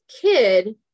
kid